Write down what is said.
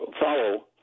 follow